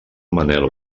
manel